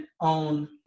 own